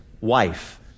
wife